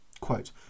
Quote